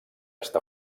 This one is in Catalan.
està